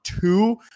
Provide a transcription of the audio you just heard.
two